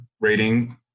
rating